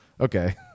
Okay